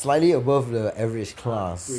slight above the average class